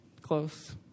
Close